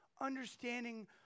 understanding